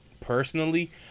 personally